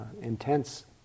intense